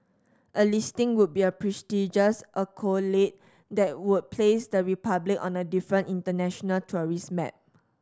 a listing would be a prestigious accolade that would place the Republic on a different international tourist map